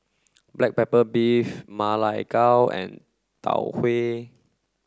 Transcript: black pepper beef Ma Lai Gao and Tau Huay